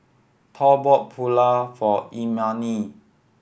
Thor bought Pulao for Imani